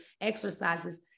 exercises